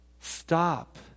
Stop